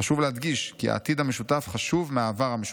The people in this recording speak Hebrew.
חשוב להדגיש כי העתיד המשותף חשוב מהעבר המשותף"